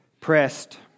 Pressed